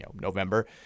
November